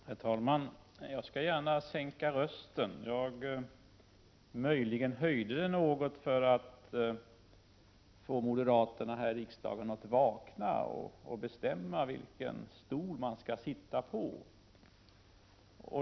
Herr talman! Jag skall gärna sänka rösten. Jag höjde den möjligen något för att få moderaterna här i riksdagen att vakna och bestämma vilken stol man skall sitta på.